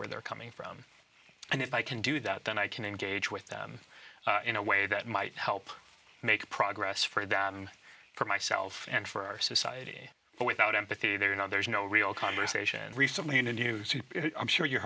where they're coming from and if i can do that then i can engage with them in a way that might help make progress for them for myself and for our society but without empathy they're not there's no real conversation recently in the news i'm sure you